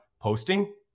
posting